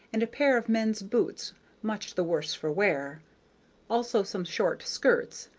and a pair of men's boots much the worse for wear also, some short skirts,